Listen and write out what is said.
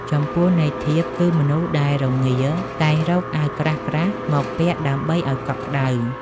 ចំពោះន័យធៀប គឺមនុស្សដែលរងាតែងរកអាវក្រាស់ៗមកពាក់ដើម្បីឲ្យកក់ក្ដៅ ។